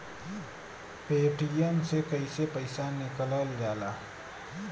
Paytm से कैसे पैसा निकलल जाला?